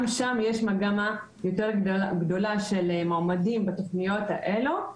גם שם יש מגמה יותר גדולה של מועמדים בתכניות האלה.